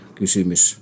kysymys